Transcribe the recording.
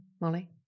Molly